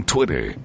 Twitter